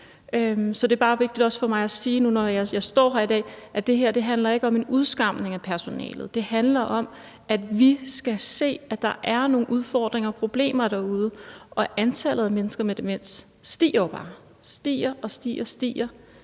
Så det er bare også vigtigt for mig at sige nu, når jeg står her i dag, at det her ikke handler om en udskamning af personalet. Det handler om, at vi skal se, at der er nogle udfordringer og problemer derude. Og antallet af mennesker med demens stiger jo bare – det stiger og stiger